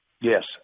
yes